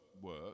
work